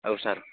औ सार